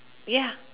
ya